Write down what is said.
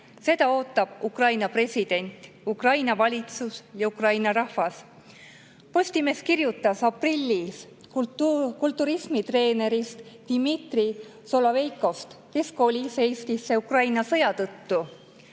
Seda ootab Ukraina president, Ukraina valitsus ja Ukraina rahvas. Postimees kirjutas aprillis kulturismitreenerist Dmitri Soloveikost, kes kolis Eestisse Ukraina sõja tõttu.